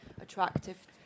attractive